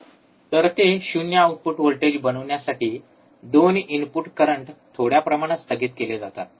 तर ते शून्य आउटपुट व्होल्टेज बनवण्यासाठी 2 इनपुट करंट थोड्या प्रमाणात स्थगित केले जातात